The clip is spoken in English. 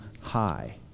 high